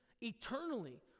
eternally